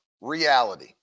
reality